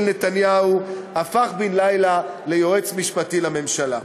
נתניהו הפך בן לילה ליועץ משפטי לממשלה.